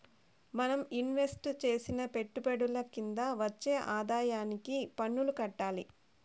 మనం ఇన్వెస్టు చేసిన పెట్టుబడుల కింద వచ్చే ఆదాయానికి పన్నులు కట్టాలి